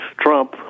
Trump